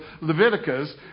Leviticus